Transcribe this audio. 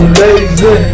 lazy